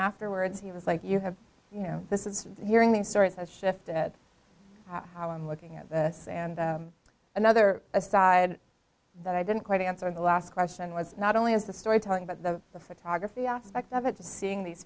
afterwards he was like you have you know this is hearing these stories as shift how i'm looking at this and another a side that i didn't quite answer the last question was not only is the story telling but the photography aspect of it to seeing these